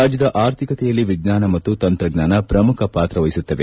ರಾಜ್ಯದ ಆರ್ಥಿಕತೆಯಲ್ಲಿ ವಿಜ್ವಾನ ಮತ್ತು ತಂತ್ರಜ್ಞಾನ ಪ್ರಮುಖ ಪಾತ್ರ ವಹಿಸುತ್ತವೆ